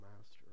master